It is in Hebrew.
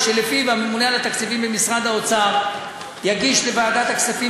ושלפיו הממונה על התקציבים במשרד האוצר יגיש לוועדת הכספים